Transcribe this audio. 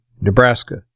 Nebraska